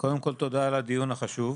קודם כול, תודה על הדיון החשוב.